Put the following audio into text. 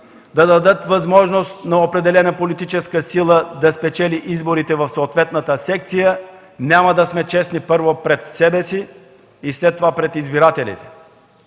да дадат възможност на определена политическа сила да спечели изборите в съответната секция, първо няма да сме честни пред себе си и след това – пред избирателите.